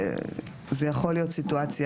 זה יכול להיות סיטואציה,